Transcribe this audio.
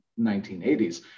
1980s